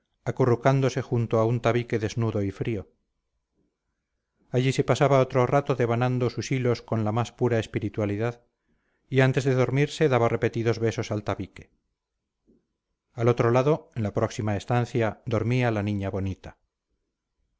habitación acurrucándose junto a un tabique desnudo y frío allí se pasaba otro rato devanando sus hilos con la más pura espiritualidad y antes de dormirse daba repetidos besos al tabique al otro lado en la próxima estancia dormía la niña bonita